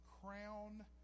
crown